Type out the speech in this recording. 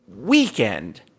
weekend